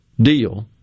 deal